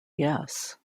yes